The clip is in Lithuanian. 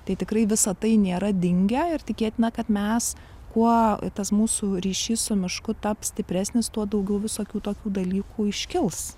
tai tikrai visa tai nėra dingę ir tikėtina kad mes kuo tas mūsų ryšys su mišku taps stipresnis tuo daugiau visokių tokių dalykų iškils